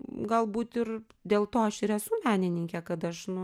galbūt ir dėl to aš ir esu menininkė kad aš nu